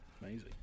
Amazing